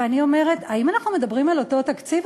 ואני אומרת: האם אנחנו מדברים על אותו תקציב,